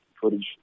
footage